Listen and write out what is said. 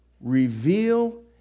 reveal